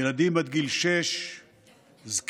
ילדים עד גיל שש, זקנים,